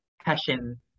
passion